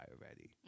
already